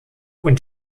und